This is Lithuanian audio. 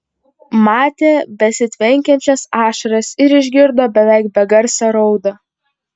matė besitvenkiančias ašaras ir išgirdo beveik begarsę raudą